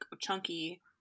chunky